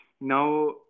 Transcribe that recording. Now